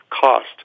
cost